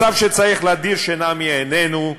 מצב שצריך להדיר שינה מעינינו.